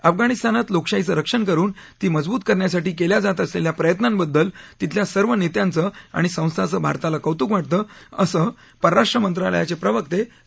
अफगाणिस्तानात लोकशाहीचं रक्षण करुन ती मजबूत करण्यासाठी केल्या जात असलेल्या प्रयत्नांबद्दल तिथल्या सर्व नेत्यांचं आणि संस्थांचं भारताला कौतुक वाटतं असं परराष्ट्र मंत्रालयाचे प्रवक्ते रवीश कुमार यांनी सांगितलं